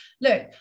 Look